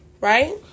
Right